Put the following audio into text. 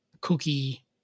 Cookie